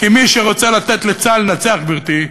כי מי שרוצה לתת לצה"ל לנצח, גברתי,